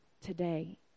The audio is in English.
today